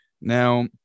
Now